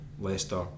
Leicester